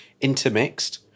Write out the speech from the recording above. intermixed